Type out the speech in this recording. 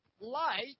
light